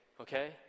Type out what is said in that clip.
okay